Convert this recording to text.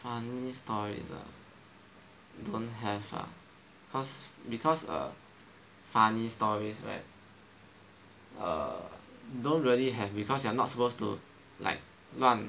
funny stories ah don't have ah cause because because err funny stories right err don't really have because you're not supposed to like 乱